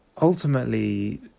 ultimately